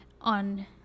on